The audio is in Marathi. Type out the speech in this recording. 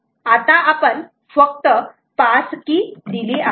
आता आपण फक्त पास की दिली आहे